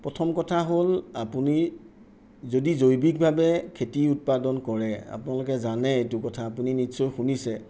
প্ৰথম কথা হ'ল আপুনি যদি জৈৱিকভাৱে খেতি উৎপাদন কৰে আপোনালোকে জানে এইটো কথা আপুনি নিশ্চয় শুনিছে